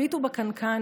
הביטו בקנקן,